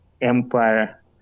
empire